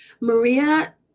Maria